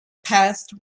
past